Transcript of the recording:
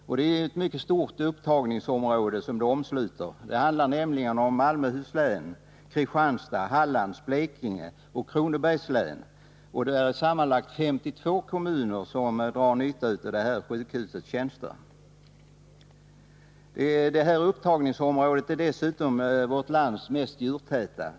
Och det är ett stort upptagningsområde som det handlar om, nämligen Malmöhus, Kristianstads, Hallands, Blekinge och Kronobergs län. 52 kommuner drar nytta av sjukhusets tjänster. Detta upptagningsområde är vårt lands djurtätaste region.